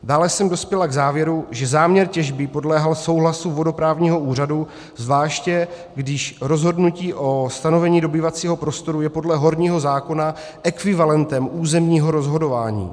Dále jsem dospěla k závěru, že záměr těžby podléhá souhlasu vodoprávního úřadu, zvláště když rozhodnutí o stanovení dobývacího prostoru je podle horního zákona ekvivalentem územního rozhodování.